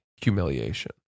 humiliation